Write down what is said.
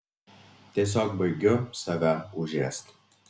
tiesiog baigiu save užėst